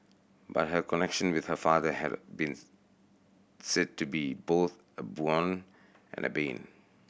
but her connection with her father had been said to be both a boon and a bane